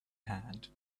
hand